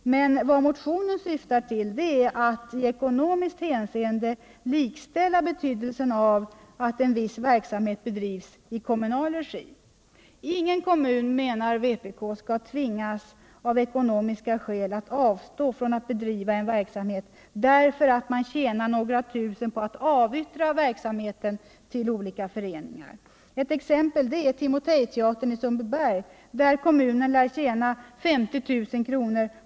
Motionen syftar cmetllertid till att man I ekonomiskt hänseende likställer viss verksamhet I kommunal regi. Ingen kommun, menar vpk. skall av ekonomiska skäl tvingas att avstå från att bedriva en verksamhet, därför att kommunen tjänar några tusen på att avyttra verksamheten till olika föreningar. Ett exempel är Timotejteatern i Sundbyberg. där kommunen lär tjäna 50 000 kr.